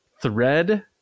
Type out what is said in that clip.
thread